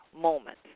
moment